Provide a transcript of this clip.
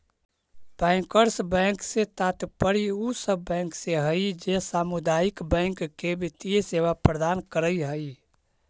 bankers bank से तात्पर्य उ सब बैंक से हइ जे सामुदायिक बैंक के वित्तीय सेवा प्रदान करऽ हइ